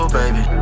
baby